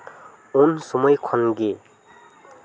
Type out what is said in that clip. ᱩᱱ ᱥᱚᱢᱚᱭ ᱠᱷᱚᱱᱜᱮ